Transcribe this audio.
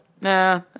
Nah